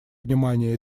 внимания